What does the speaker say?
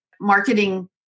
marketing